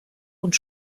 und